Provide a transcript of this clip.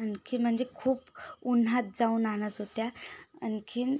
आणखी म्हणजे खूप उन्हात जाऊन आणत होत्या आणखीन